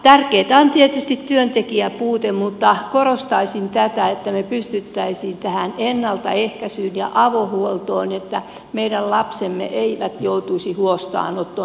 tärkeätä on tietysti työntekijäpuute mutta korostaisin tätä että me pystyttäisiin tähän ennaltaehkäisyyn ja avohuoltoon niin että meidän lapsemme eivät joutuisi huostaanottoon